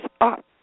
up